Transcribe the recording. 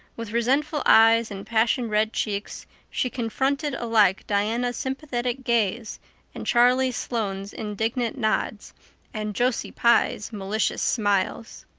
with resentful eyes and passion-red cheeks she confronted alike diana's sympathetic gaze and charlie sloane's indignant nods and josie pye's malicious smiles.